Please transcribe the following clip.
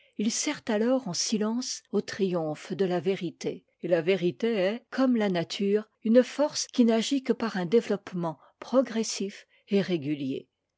il sert alors en silence aux triomphes de la vérité et la vérité est comme la nature une force qui n'agit que par un développement progressif et régulier